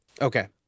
Okay